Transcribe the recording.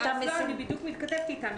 אני בדיוק מתכתבת איתם.